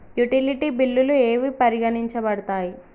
Utility బిల్లులు ఏవి పరిగణించబడతాయి?